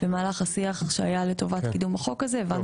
במהלך השיח שהיה לטובת קידום החוק הזה הבנו